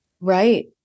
Right